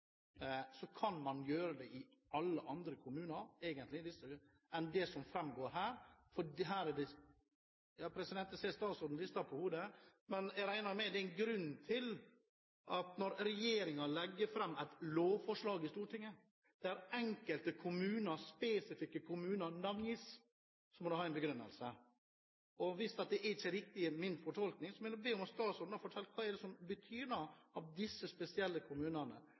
kan man gjøre det i alle andre kommuner enn de som er nevnt her. Jeg ser statsråden rister på hodet, men jeg regner med at når regjeringen legger fram et lovforslag i Stortinget, der enkelte kommuner, spesifikke kommuner, navngis, så må det ha en begrunnelse. Hvis min fortolkning ikke er riktig, vil jeg be statsråden fortelle hva oppramsingen av disse spesielle kommunene betyr. Sånn som jeg forstår teksten, så kan man begrense fisket i andre kommuner enn disse,